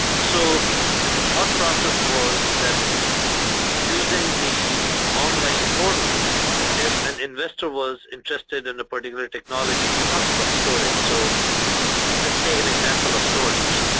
so the thought process was that using the online portal if an investor was interested in a particular technology we talked about storage. so let's take an example of storage.